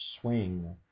swing